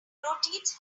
proteins